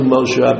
Moshe